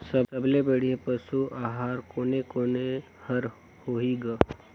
सबले बढ़िया पशु आहार कोने कोने हर होही ग?